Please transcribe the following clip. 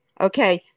Okay